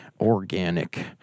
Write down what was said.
organic